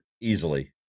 easily